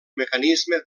mecanisme